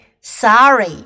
sorry